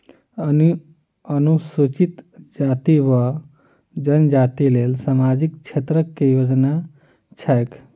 अनुसूचित जाति वा जनजाति लेल सामाजिक क्षेत्रक केँ योजना छैक?